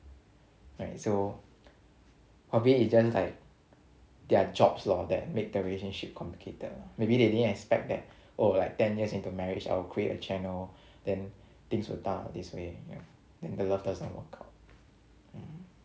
right so probably is just like their jobs lor that make the relationship complicated lah maybe they didn't expect that oh like ten years into marriage I will create a channel then things will turn out this way you know then the love doesn't work out mm